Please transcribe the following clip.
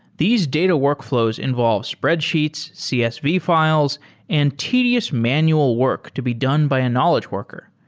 these data workfl ows involves spreadsheets, csv fi les and tedious manual work to be done by a knowledge worker.